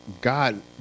God